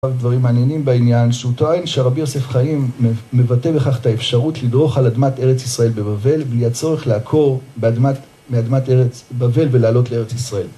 דברים מעניינים בעניין שהוא טוען, שהרבי יוסף חיים מבטא בכך את האפשרות לדרוך על אדמת ארץ ישראל בבבל בלי הצורך לעקור מאדמת ארץ בבבל ולעלות לארץ ישראל.